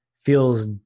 feels